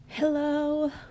hello